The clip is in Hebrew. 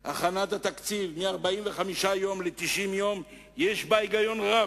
הכנת התקציב מ-45 יום ל-90 יום, יש בה היגיון רב,